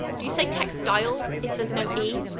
do you say textil if there's no e?